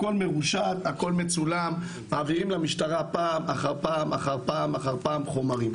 הכל מרושת הכל מצולם מעבירים למשטרה פעם אחר פעם אחר פעם חומרים.